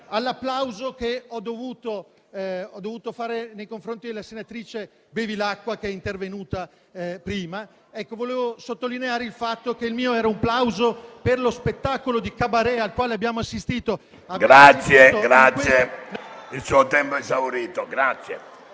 all'applauso che ho dovuto fare nei confronti della senatrice Bevilacqua, che è intervenuta prima. Volevo sottolineare il fatto che il mio era un plauso per lo spettacolo di *cabaret* al quale abbiamo assistito... *(Il microfono si